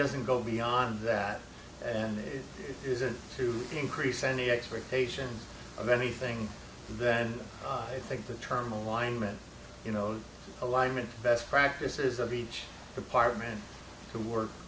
doesn't go beyond that and it isn't to increase any expectations of anything then i think the term alignment you know alignment best practices of each department to work